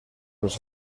los